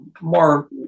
more